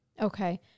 okay